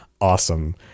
Awesome